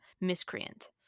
miscreant